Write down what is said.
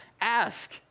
Ask